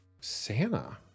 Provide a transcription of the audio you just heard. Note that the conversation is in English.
Santa